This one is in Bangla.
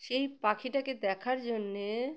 সেই পাখিটাকে দেখার জন্যে